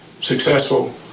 successful